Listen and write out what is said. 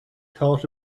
thought